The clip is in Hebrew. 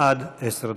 עד עשר דקות.